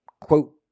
quote